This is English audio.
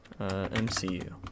mcu